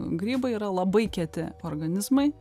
grybai yra labai kieti organizmai